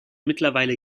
mittlerweile